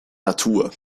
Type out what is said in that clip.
natur